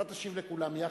אתה תשיב לכולם יחד,